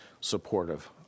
supportive